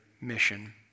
mission